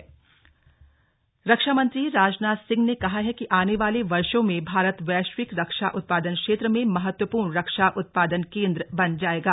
रक्षा प्रदर्शनी रक्षा मंत्री राजनाथ सिंह ने कहा है कि आने वाले वर्षों में भारत वैश्विक रक्षा उत्पादन क्षेत्र में महत्वपूर्ण रक्षा उत्पादन केंद्र बन जाएगा